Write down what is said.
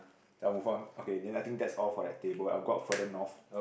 I move on okay then I think that's all for that table I will go on further north